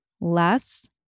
less